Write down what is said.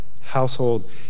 Household